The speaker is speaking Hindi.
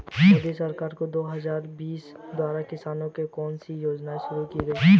मोदी सरकार दो हज़ार बीस द्वारा किसानों के लिए कौन सी योजनाएं शुरू की गई हैं?